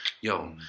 Yo